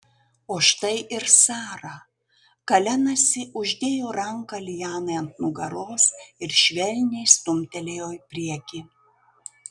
o štai ir sara kalenasi uždėjo ranką lianai ant nugaros ir švelniai stumtelėjo į priekį